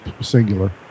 singular